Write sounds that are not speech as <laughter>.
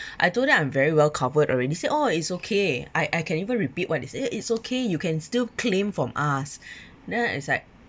<breath> I don't I'm very well covered already they say oh it's okay I I can even repeat what they say eh it's okay you can still claim from us <breath> then I was